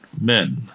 men